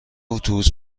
اتوبوس